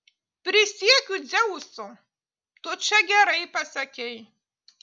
prisiekiu dzeusu tu čia gerai pasakei